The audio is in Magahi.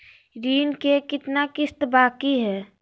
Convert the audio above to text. ऋण के कितना किस्त बाकी है?